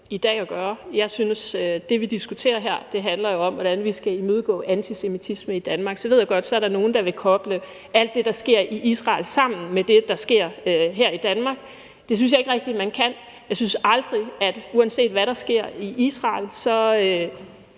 i dag at gøre. Jeg synes, det, vi diskuterer her, handler om, hvordan vi skal imødegå antisemitisme i Danmark. Så ved jeg godt, at der er nogle, der vil koble alt det, der sker i Israel, sammen med det, der sker her i Danmark, men det synes jeg ikke rigtig man kan. Jeg synes aldrig, uanset hvad der sker i Israel,